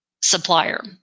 supplier